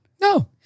No